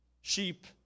Sheep